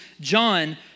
John